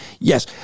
Yes